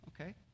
okay